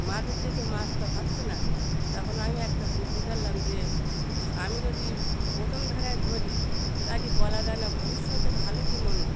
মাঝের দিকে মাছ তো হচ্ছে না তখন আমি একটা বুদ্ধি কালাম যে আমি যদি প্রথম ধারায় ধরি তা হলে বলা যায় না ভবিষ্যতে ভালো কী মন্দ